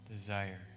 desire